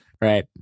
right